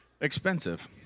expensive